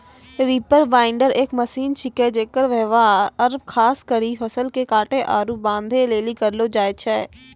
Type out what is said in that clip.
reaper binder एक machine छिकै जेकर व्यवहार खास करी फसल के काटै आरू बांधै लेली करलो जाय छै